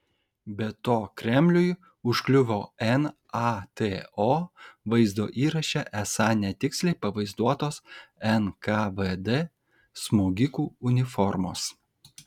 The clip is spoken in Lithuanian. be to kremliui užkliuvo nato vaizdo įraše esą netiksliai pavaizduotos nkvd smogikų uniformos